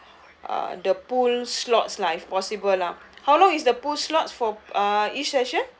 uh the pool slots lah if possible lah how long is the pool slots for uh each session